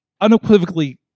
unequivocally